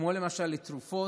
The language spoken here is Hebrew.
כמו תרופות,